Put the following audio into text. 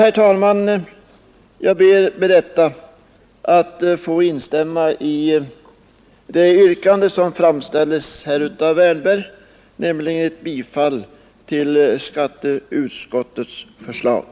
Herr talman! Jag ber med detta att få instämma i det yrkande som framställts av herr Wärnberg, nämligen bifall till utskottets hemställan.